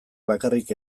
bakarrik